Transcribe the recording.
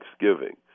Thanksgiving